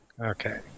Okay